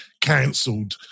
cancelled